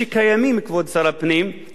שקיימים, כבוד שר הפנים, קיימים,